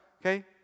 Okay